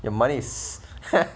your monies